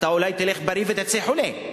אבל אולי תלך בריא ותצא חולה.